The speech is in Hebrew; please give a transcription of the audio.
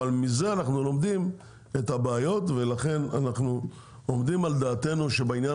אבל מזה אנחנו לומדים את הבעיות ולכן אנחנו עומדים על דעתנו שבעניין